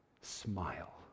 smile